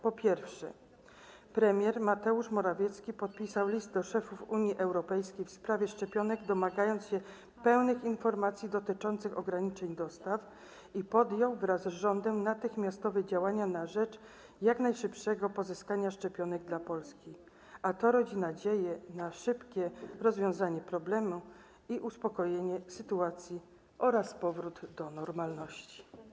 Po pierwsze, premier Mateusz Morawiecki podpisał list do szefów Unii Europejskiej w sprawie szczepionek, domagając się pełnych informacji dotyczących ograniczeń dostaw, i podjął wraz z rządem natychmiastowe działania na rzecz jak najszybszego pozyskania szczepionek dla Polski, a to rodzi nadzieję na szybkie rozwiązanie problemu i uspokojenie sytuacji oraz powrót do normalności.